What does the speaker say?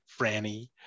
Franny